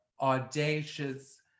audacious